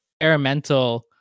experimental